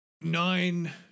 Nine